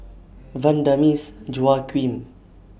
Vanda Miss Joaquim